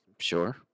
Sure